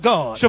God